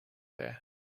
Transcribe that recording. there